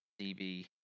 DB